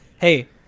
hey